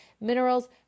minerals